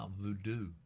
voodoo